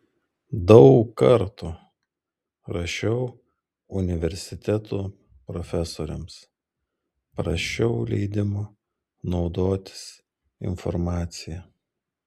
daug kartų rašiau universitetų profesoriams prašiau leidimo naudotis informacija